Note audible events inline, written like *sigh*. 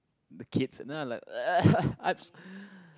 the kids then i like like *laughs*